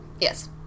Yes